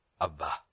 Abba